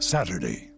Saturday